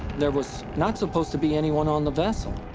there was not supposed to be anyone on the vessel.